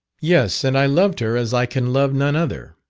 yes, and i loved her as i can love none other.